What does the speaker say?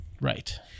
Right